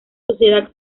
sociedad